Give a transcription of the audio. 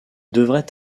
devrait